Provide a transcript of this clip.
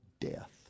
death